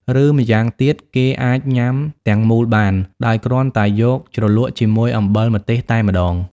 ឬម្យ៉ាងទៀត គេអាចញ៉ាំទាំងមូលបាន ដោយគ្រាន់តែយកជ្រលក់ជាមួយអំបិលម្ទេសតែម្តង។